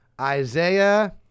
Isaiah